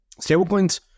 Stablecoins